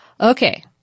okay